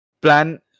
plan